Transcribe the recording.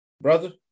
brother